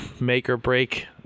make-or-break